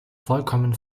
vollkommen